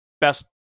best